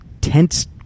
tense